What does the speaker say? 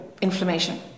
inflammation